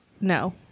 No